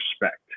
respect